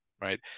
right